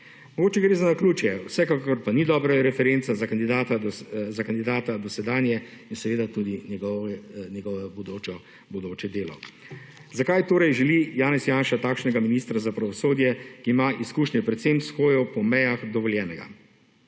Mogoče gre za naključje vsekakor pa ni dobra referenca za kandidata dosedanje in seveda tudi njegovo bodoče delo. Zakaj torej želi Janez Janša takšnega ministra za pravosodje, ki ima izkušnje predvsem s hojo po mejah dovoljenega?